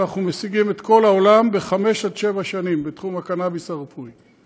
אנחנו משיגים את כל העולם בחמש עד שבע שנים בתחום הקנביס הרפואי,